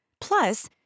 Plus